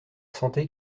sentait